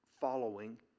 following